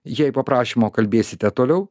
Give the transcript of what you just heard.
jei po prašymo kalbėsite toliau